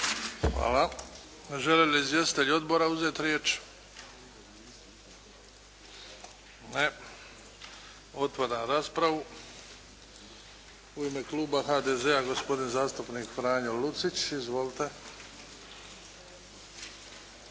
Hvala. Žele li izvjestitelji odbora uzetu riječ? Ne. Otpada raspravu. U ime kluba HDZ-a, gospodin zastupnik Franjo Lucić. Izvolite.